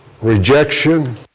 rejection